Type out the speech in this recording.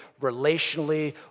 relationally